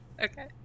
Okay